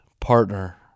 partner